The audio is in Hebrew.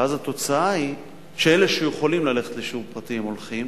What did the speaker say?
ואז התוצאה היא שאלה שיכולים ללכת לשיעורים פרטיים הולכים,